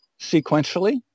sequentially